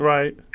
Right